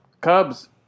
Cubs